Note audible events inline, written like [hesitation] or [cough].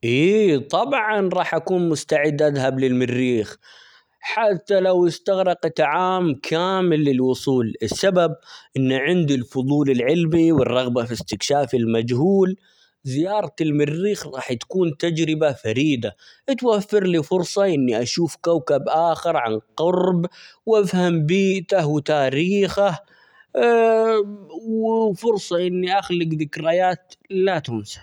إيه طبعا راح أكون مستعد أذهب للمريخ ،حتى لو استغرقت عام كامل للوصول السبب إن عندي الفضول العلمي، والرغبة في استكشاف المجهول ، زيارة المريخ راح تكون تجربة فريدة، اتوفر لي فرصة إني أشوف كوكب آخر عن قرب ،وأفهم بيئته ،وتاريخه، [hesitation] وفرصة إني أخلق ذكريات لا تنسى.